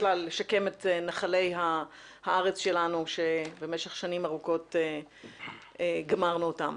את נחלי הארץ שלנו שבמשך שנים ארוכות גמרנו אותם.